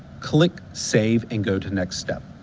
click save and go to next step.